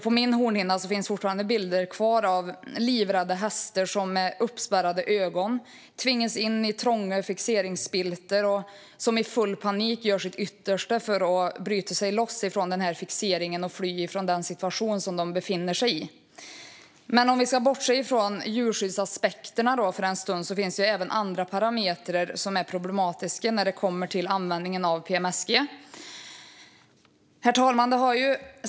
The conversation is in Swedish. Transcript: På min näthinna finns fortfarande bilder kvar av livrädda hästar som med uppspärrade ögon tvingas in i trånga fixeringsspiltor och som i full panik gör sitt yttersta för att bryta sig loss från denna fixering och fly från den situation som de befinner sig i. Men om vi ska bortse från djurskyddsaspekterna för en stund finns det även andra parametrar som är problematiska när det kommer till användningen av PMSG. Herr talman!